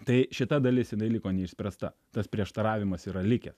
tai šita dalis jinai liko neišspręsta tas prieštaravimas yra likęs